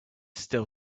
still